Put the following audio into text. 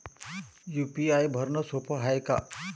UPI भरनं सोप हाय का?